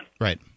right